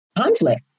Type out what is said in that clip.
conflict